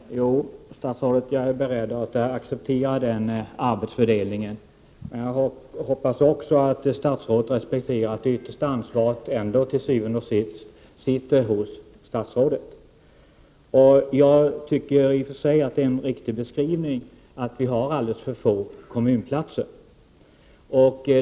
Herr talman! Jo, statsrådet Andersson, jag är beredd att acceptera den arbetsfördelningen. Men jag hoppas också att statsrådet respekterar att det til syvende og sidst ändå är statsrådet som har det yttersta ansvaret. Jag tycker i och för sig att det är en riktig beskrivning att vi har alldeles för få kommunplatser.